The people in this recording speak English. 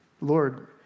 Lord